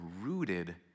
rooted